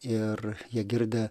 ir jie girdi